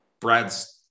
Brad's